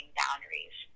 boundaries